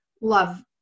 love